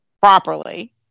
properly